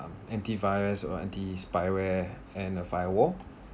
um anti-virus or anti-spyware and uh firewall